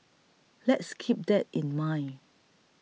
let's keep that in mind